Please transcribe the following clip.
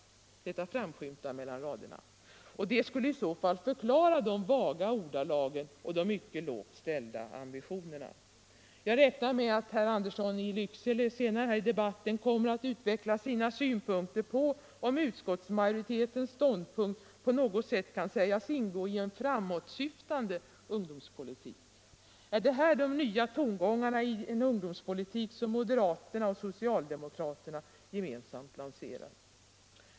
Detta framskymtar mellan raderna. Det skulle i så fall förklara de vaga ordalagen och de mycket lågt ställda ambitionerna. Jag räknar med att herr Andersson i Lycksele senare här i debatten kommer att utveckla sina synpunkter på om utskottsmajoritetens ståndpunkt på något sätt kan sägas ingå i en framåtsyftande ungdomspolitik. Är det här de nya tongångarna i den ungdomspolitik som moderaterna och socialdemokraterna gemensamt lanserar?